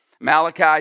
Malachi